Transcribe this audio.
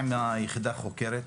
מה עם היחידה החוקרת?